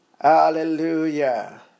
Hallelujah